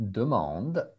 demande